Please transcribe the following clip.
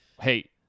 Hey